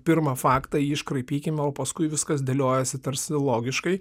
pirmą faktą jį iškraipykim o paskui viskas dėliojasi tarsi logiškai